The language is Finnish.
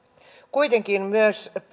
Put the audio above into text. kuitenkin myös